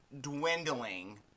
dwindling